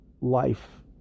life